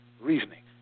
reasoning